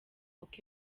uko